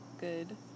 Good